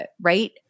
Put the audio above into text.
Right